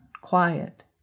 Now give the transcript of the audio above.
quiet